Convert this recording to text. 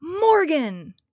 Morgan